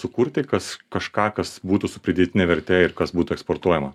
sukurti kas kažką kas būtų su pridėtine verte ir kas būtų eksportuojama